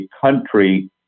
country